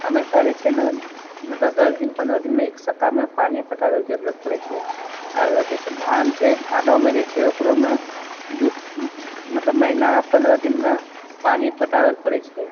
हमेशा जे छै ने मतलब दस दिन पन्द्रह दिनमे एक सप्ताहमे पानि पटाबल जरूरत पड़ै छै आओर जैसे धान छै धानोमे जे छै ओकरोमे दू मतलब महीना पन्द्रह दिनमे पानि पटाबल पड़ै छै